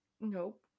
Nope